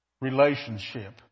relationship